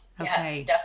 okay